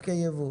ידידי.